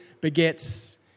begets